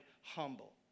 humble